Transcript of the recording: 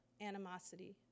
animosity